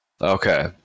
Okay